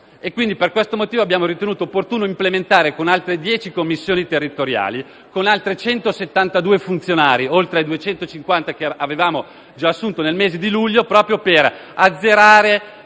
Per questo motivo abbiamo ritenuto opportuno istituire altre dieci commissioni territoriali e assumere altri 172 funzionari - oltre ai 250 che avevamo già assunto nel mese di luglio - per azzerare